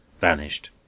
vanished